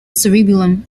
cerebellum